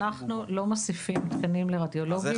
אנחנו לא מוסיפים תקנים לרדיולוגים.